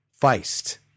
Feist